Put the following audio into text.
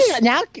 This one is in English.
now